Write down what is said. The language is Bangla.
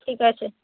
ঠিক আছে